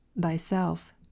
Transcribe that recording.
thyself